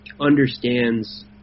understands